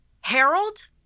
Harold